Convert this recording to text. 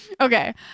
Okay